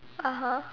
(uh huh)